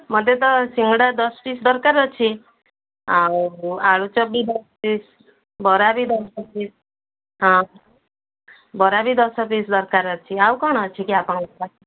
ମୋତେ ତ ସିଙ୍ଗଡ଼ା ଦଶ ପିସ୍ ଦରକାର ଅଛି ଆଉ ଆଳୁଚପ ବି ଦଶ ପିସ୍ ବରା ବି ଦଶ ପିସ୍ ହଁ ବରା ବି ଦଶ ପିସ୍ ଦରକାର ଅଛି ଆଉ କ'ଣ ଅଛି କି ଆପଣଙ୍କ ପାଖରେ